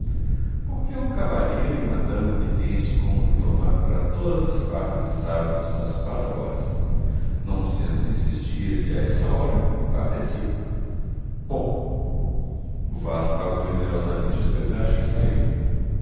porque há um cavalheiro e uma dama que têm este cômodo tomado para todas as quartas e sábados às quatro horas não sendo nesses dias e a essa hora o quarto é seu bom o vaz pagou generosamente a hospedagem e saiu